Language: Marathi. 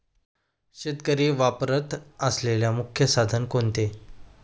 शेतकरी वापरत असलेले मुख्य साधन कोणते?